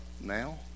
now